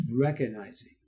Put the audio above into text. recognizing